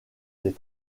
les